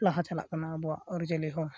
ᱞᱟᱦᱟ ᱪᱟᱞᱟᱜ ᱠᱟᱱᱟ ᱟᱵᱚᱣᱟᱜ ᱟᱹᱨᱤ ᱪᱟᱹᱞᱤ ᱦᱚᱸ